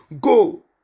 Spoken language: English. go